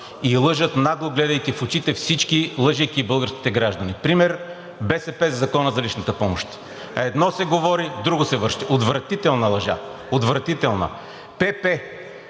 и лъжат нагло, гледайки в очите всички, лъжейки българските граждани. Пример: БСП със Закона за личната помощ – едно се говори, друго се върши. Отвратителна лъжа, отвратителна! ПП